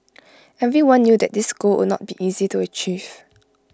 everyone knew that this goal would not be easy to achieve